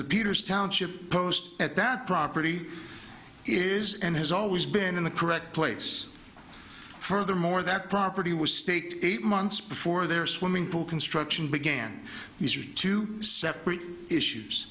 the peters township post at that property is and has always been in the correct place furthermore that property was state eight months before their swimming pool construction began these are two separate issues